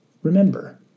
Remember